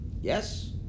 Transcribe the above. yes